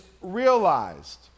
realized